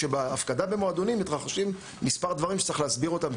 כאשר בהפקדה במועדונים מתרחשים מספר דברים שצריך להסדיר אותם,